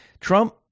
Trump